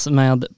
med